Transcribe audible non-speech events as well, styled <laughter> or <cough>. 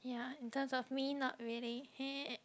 ya in terms of me not really <noise>